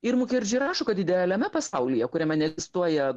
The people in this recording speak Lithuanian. ir mukerdži rašo kad idealiame pasaulyje kuriame neegzistuoja